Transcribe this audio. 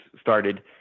started